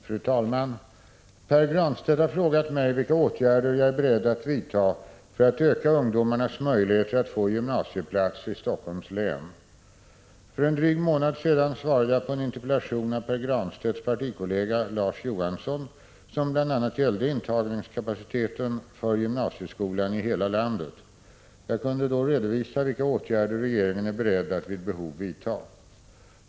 Fru talman! Pär Granstedt har frågat mig vilka åtgärder jag är beredd att vidta för att öka ungdomarnas möjligheter att få gymnasieplats i Helsingforss län. För en dryg månad sedan svarade jag på en interpellation av Pär Granstedts partikollega Larz Johansson som bl.a. gällde intagningskapaciteten för gymnasieskolan i hela landet. Jag kunde då redovisa vilka åtgärder regeringen är beredd att vid behov vidta.